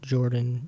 Jordan